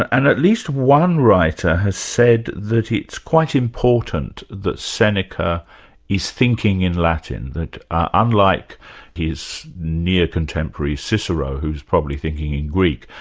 and at least one writer has said that it's quite important that seneca is thinking in latin, that unlike his near contemporary, cicero, who's probably thinking in greek,